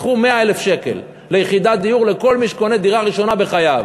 קחו 100,000 שקל ליחידת דיור לכל מי שקונה דירה ראשונה בחייו.